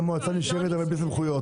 המועצה נשארת אבל בלי סמכויות.